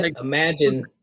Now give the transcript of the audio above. Imagine